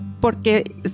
porque